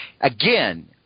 Again